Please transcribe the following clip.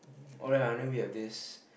oh ye then we have this